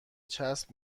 چسب